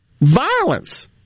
violence